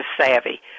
Savvy